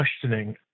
questioning